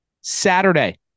Saturday